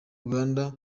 uganda